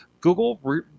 Google